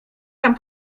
tam